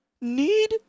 need